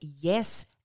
yes